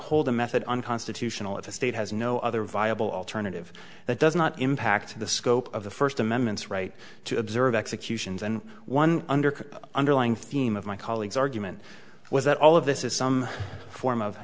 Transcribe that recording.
hold a method unconstitutional if a state has no other viable alternative that does not impact the scope of the first amendments right to observe executions and one under underlying theme of my colleagues argument was that all of this is some form